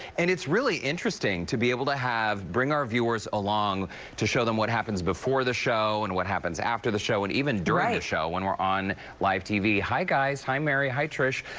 and it's really interesting to be able to bring our viewers along to show them what happens before the show and what happens after the show and even during the show when we're on live tv. hi, guys, hi, mary, hi, trish.